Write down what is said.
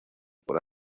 por